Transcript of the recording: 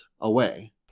away